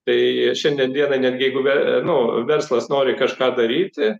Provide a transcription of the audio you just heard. tai šiandien dienai netgi jeigu ve nu verslas nori kažką daryti